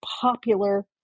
popular